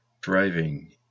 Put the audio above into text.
driving